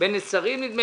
נדמה לי שנצרים, אורים,